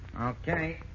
Okay